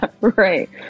right